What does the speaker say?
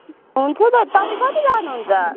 हुन्छ त तपाईँ कति लानुहुन्छ